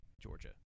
Georgia